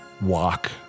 walk